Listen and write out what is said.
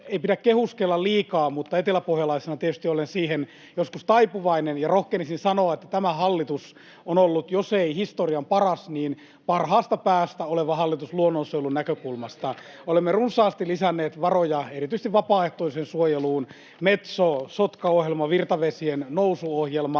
Ei pidä kehuskella liikaa, mutta eteläpohjalaisena tietysti olen siihen joskus taipuvainen, ja rohkenisin sanoa, että tämä hallitus on ollut jos ei historian paras, niin parhaasta päästä oleva hallitus luonnonsuojelun näkökulmasta. [Petri Huru: Millä mittarilla?] Olemme runsaasti lisänneet varoja erityisesti vapaaehtoiseen suojeluun: Metso- ja Sotka-ohjelmat, virtavesien Nousu-ohjelma